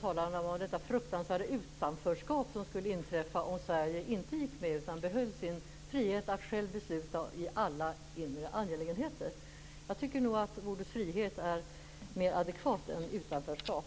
talade man om det fruktansvärda utanförskap som skulle inträffa om Sverige inte gick med utan behöll sin frihet att självt besluta i alla inre angelägenheter. Jag tycker nog att ordet frihet är mer adekvat än utanförskap.